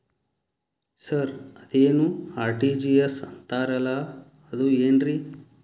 Sir ಅದೇನು RTGS ಅಂತಾರಲಾ ಅದು ಏನ್ರಿ?